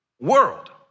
world